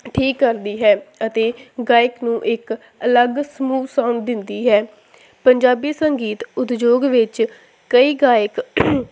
ਠੀਕ ਕਰਦੀ ਹੈ ਅਤੇ ਗਾਇਕ ਨੂੰ ਇੱਕ ਅਲੱਗ ਸਮੂਹ ਸੌਂਪ ਦਿੰਦੀ ਹੈ ਪੰਜਾਬੀ ਸੰਗੀਤ ਉਦਯੋਗ ਵਿੱਚ ਕਈ ਗਾਇਕ